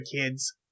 kids